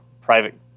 private